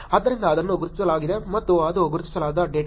ಆದ್ದರಿಂದ ಅದನ್ನು ಗುರುತಿಸಲಾಗಿದೆ ಮತ್ತು ಅದು ಗುರುತಿಸಲಾಗದ ಡೇಟಾ